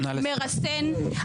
מרסן,